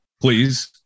please